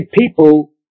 people